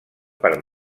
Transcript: per